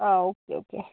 ആ okay okay